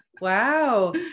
Wow